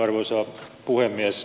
arvoisa puhemies